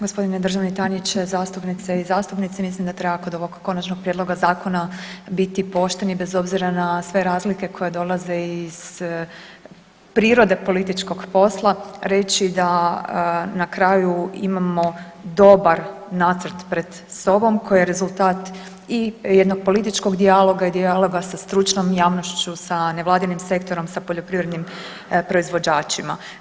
gospodine državne tajniče, zastupnice i zastupnici mislim da treba kod ovog Konačnog prijedloga zakona biti pošten i bez obzira na sve razlike koje dolaze iz prirode političkog posla reći da na kraju imamo dobar nacrt pred sobom koji je rezultat i jednog političkog dijaloga i i dijaloga sa stručnom javnošću, sa nevladinim sektorom, sa poljoprivrednim proizvođačima.